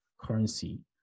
currency